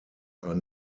are